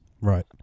Right